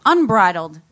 Unbridled